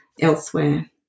elsewhere